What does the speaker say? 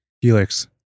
helix